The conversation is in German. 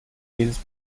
jedes